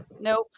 nope